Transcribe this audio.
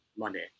Monday